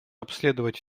обследовать